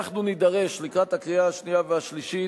אנחנו נידרש, לקראת הקריאה השנייה והשלישית,